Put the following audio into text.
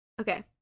Okay